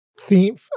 theme